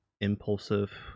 impulsive